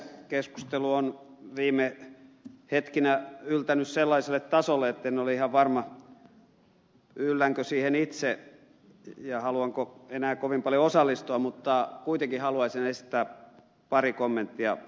keskustelu on viime hetkinä yltänyt sellaiselle tasolle etten ole ihan varma yllänkö siihen itse ja haluanko enää kovin paljon osallistua mutta kuitenkin haluaisin esittää pari kommenttia ed